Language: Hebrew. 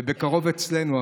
ובקרוב אצלנו.